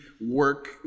work